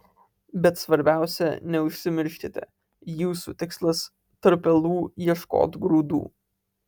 bet svarbiausia neužsimirškite jūsų tikslas tarp pelų ieškot grūdų